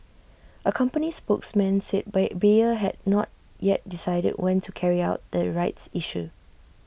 A company spokesman said Ba Bayer had not yet decided when to carry out the rights issue